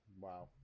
wow